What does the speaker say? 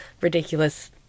ridiculous